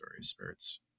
Spirits